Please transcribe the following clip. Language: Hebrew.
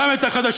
גם את החדשים,